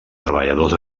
treballadors